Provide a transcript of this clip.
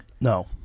no